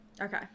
okay